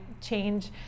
change